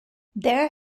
there